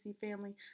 family